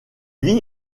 vit